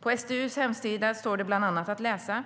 På SDU:s hemsida står bland annat att läsa: